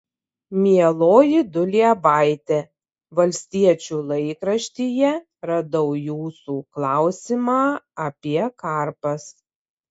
mieloji duliebaite valstiečių laikraštyje radau jūsų klausimą apie karpas